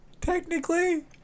technically